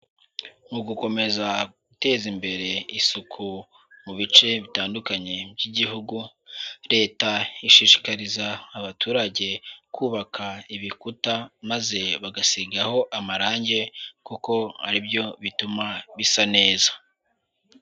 Mu gukomeza guteza imbere isuku mu bice bitandukanye by'Igihugu Leta ishishikariza abaturage kubaka ibikuta maze bagasigaho amarange kuko ari byo bituma bisa neza.